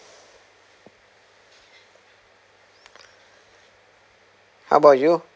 how about you